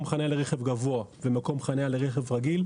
חנייה לרכב גבוה ומקום חנייה לרכב רגיל.